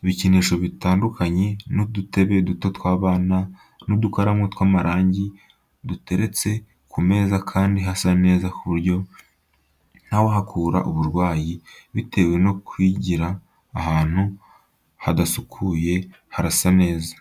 ibikinisho bitandukanye n'udutebe duto tw'abana n'udukaramu tw'amarangi duteretse ku meza kandi hasa neza ku buryo ntawahakura uburwayi bitewe no kwigira ahantu hadasukuye, harasa neza.